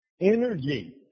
Energy